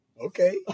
Okay